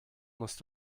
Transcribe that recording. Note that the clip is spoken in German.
musst